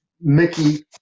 Mickey